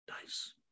Nice